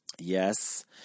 Yes